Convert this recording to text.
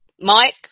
Mike